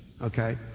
Okay